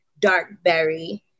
Darkberry